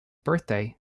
birthday